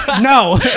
no